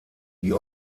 die